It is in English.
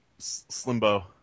Slimbo